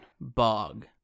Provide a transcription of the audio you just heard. bog